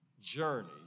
journey